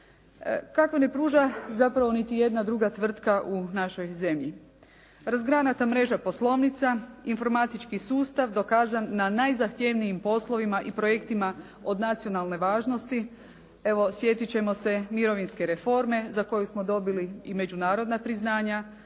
kako ne pruža zapravo niti jedna druga tvrtka u našoj zemlji. Razgranata mreža poslovnica, informatički sustav dokazan na najzahtjevnijim poslovima i projektima od nacionalne važnosti. Evo, sjetit ćemo se mirovinske reforme za koju smo dobili i međunarodna priznanja,